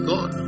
God